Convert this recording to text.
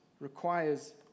requires